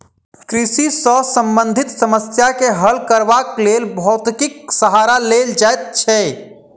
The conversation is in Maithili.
कृषि सॅ संबंधित समस्या के हल करबाक लेल भौतिकीक सहारा लेल जाइत छै